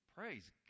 Praise